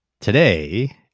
today